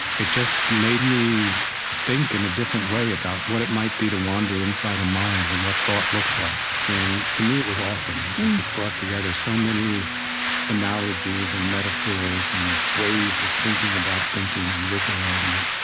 it just made me think in a different way about what it might be to wander inside a mind and what thought looks like. and to me, it was awesome, because it brought together so many analogies and metaphors and ways of thinking about thinking and visualizing it.